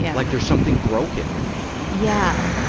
yeah like there's something broken in me. yeah.